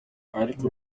ariko